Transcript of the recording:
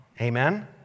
Amen